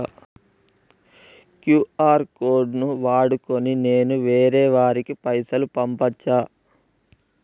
QR code ను వాడుకొని నేను వేరే వారికి పైసలు పంపచ్చా?